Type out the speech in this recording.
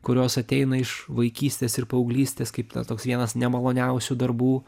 kurios ateina iš vaikystės ir paauglystės kaip na toks vienas nemaloniausių darbų